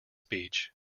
speech